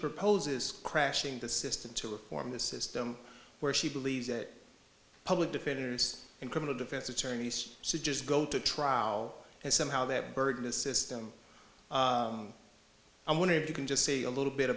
proposes crashing the system to form the system where she believes that public defenders and criminal defense attorneys so just go to trial and somehow that burden the system i wonder if you can just see a little bit